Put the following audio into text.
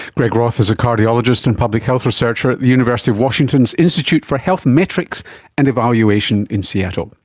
greg roth is a cardiologist and public health researcher at the university of washington's institute for health metrics and evaluation in seattle. but